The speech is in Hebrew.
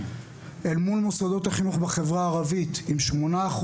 אל מול מוסדות החינוך בחברה הערבית עם 8%,